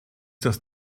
das